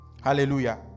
Hallelujah